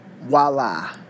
voila